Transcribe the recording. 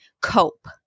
cope